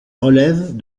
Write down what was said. relève